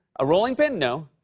a rolling pin? no.